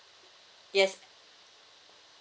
yes